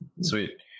Sweet